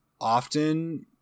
often